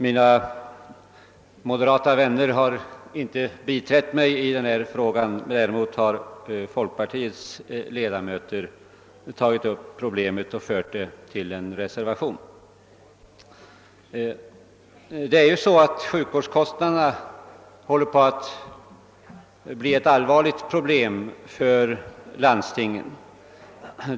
Mina moderata vänner har inte biträtt mig i denna fråga, däremot har folkpartiets ledamöter i utskottet tagit upp frågan i en reservation. Sjukvårdskostnaderna håller på att bli ett allvarligt problem för landstingen.